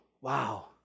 wow